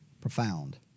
profound